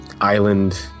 island